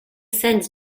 sends